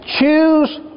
Choose